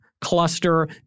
cluster